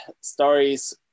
stories